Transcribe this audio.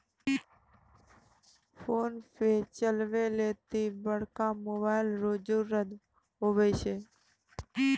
PhonePe चलबै लेली बड़का मोबाइल रो जरुरत हुवै छै